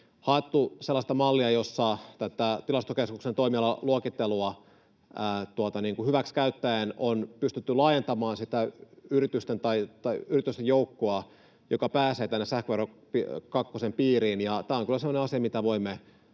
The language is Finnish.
haettu sellaista mallia, jossa tätä Tilastokeskuksen toimialaluokittelua hyväksikäyttäen on pystytty laajentamaan sitä yritysten joukkoa, joka pääsee sähköveroluokka kakkosen piiriin, ja tämä on kyllä semmoinen asia,